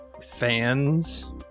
Fans